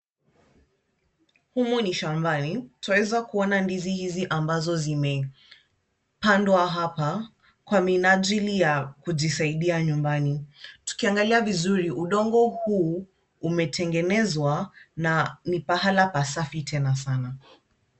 Humu ni shambani, twaweza kuona ndizi hizi ambazo zimepandwa hapa kwa minajili ya kujisaidia nyumbani. Tukiangalia vizuri udongo huu umetengenezwa na ni pahala pasafi tena sana.